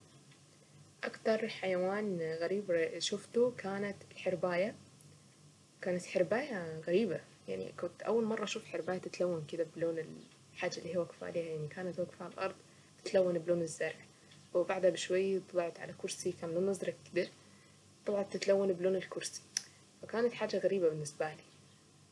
اكتر الحيوان غريب شفته كانت الحرباية كانت حرباية غريبة يعني كنت اول مرة اشوف حرباية تتلون كده بلون الحاجة اللي هي واقفة عليها يعني كانت واقفة على الارض تتلون بلون الزرع وبعدها بشوية وطلعت على كرسي كان لونه ازرق كده طبعا تتلون بلون الكرسي.